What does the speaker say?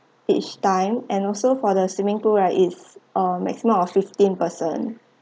each time and also for the swimming pool right is a maximum of fifteen person